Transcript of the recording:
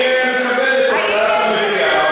אני מקבל את הצעת המציע,